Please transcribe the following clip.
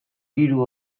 hiru